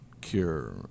cure